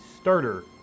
starter